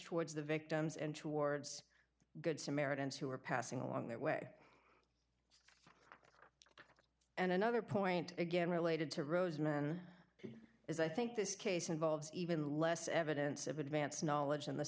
towards the victims and towards good samaritans who were passing along their way and another point again related to roseman is i think this case involves even less evidence of advance knowledge in the